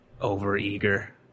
over-eager